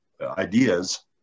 ideas